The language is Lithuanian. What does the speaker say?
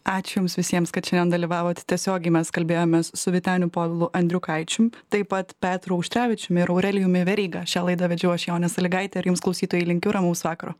ačiū jums visiems kad šiandien dalyvavot tiesiogiai mes kalbėjomės su vyteniu povilu andriukaičium taip pat petru auštrevičiumi ir aurelijumi veryga šią laidą vedžiau aš jonė salygaitė ir jums klausytojai linkiu ramaus vakaro